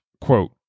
quote